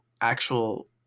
actual